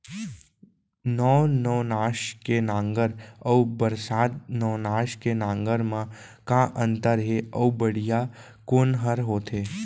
नौ नवनास के नांगर अऊ बरसात नवनास के नांगर मा का अन्तर हे अऊ बढ़िया कोन हर होथे?